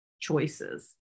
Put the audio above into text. choices